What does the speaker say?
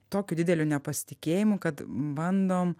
tokiu dideliu nepasitikėjimu kad bandom